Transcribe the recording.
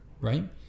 Right